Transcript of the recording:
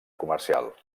comercial